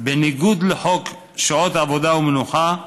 בניגוד לחוק שעות עבודה ומנוחה,